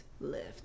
lift